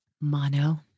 Mono